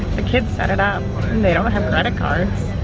the kids set it up and they don't have credit cards.